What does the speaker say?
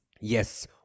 Yes